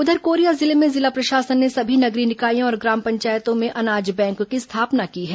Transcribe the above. उधर कोरिया जिले में जिला प्रशासन ने सभी नगरीय निकायों और ग्राम पंचायतों में अनाज बैंक की स्थापना की है